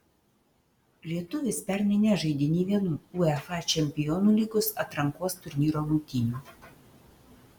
lietuvis pernai nežaidė nė vienų uefa čempionų lygos atrankos turnyro rungtynių